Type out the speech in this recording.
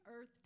earth